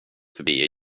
förbi